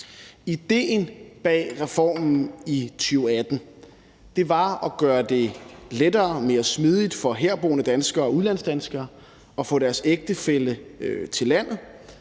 Idéen bag reformen i 2018 var at gøre det lettere og mere smidigt for herboende danskere og udlandsdanskere at få deres ægtefælle til landet,